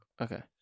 Okay